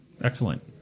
Excellent